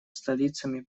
столицами